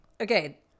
Okay